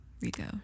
Rico